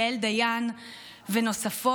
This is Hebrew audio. יעל דיין ונוספות,